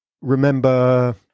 remember